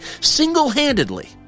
single-handedly